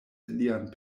lian